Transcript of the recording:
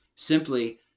Simply